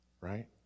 right